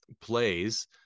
plays